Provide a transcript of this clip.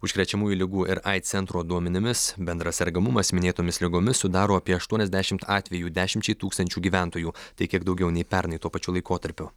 užkrečiamųjų ligų ir aids centro duomenimis bendras sergamumas minėtomis ligomis sudaro apie aštuoniasdešimt atvejų dešimčiai tūkstančių gyventojų tai kiek daugiau nei pernai tuo pačiu laikotarpiu